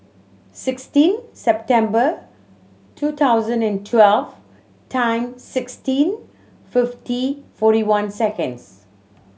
sixteen September two thousand and twelve time sixteen fifty forty one seconds